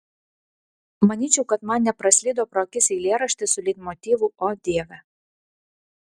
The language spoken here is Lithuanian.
manyčiau kad man nepraslydo pro akis eilėraštis su leitmotyvu o dieve